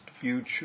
future